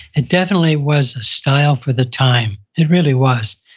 it definitely was a style for the time. it really was.